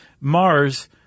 Mars